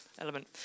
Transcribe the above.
element